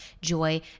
joy